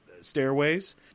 stairways